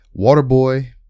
Waterboy